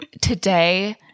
Today